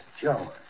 Joe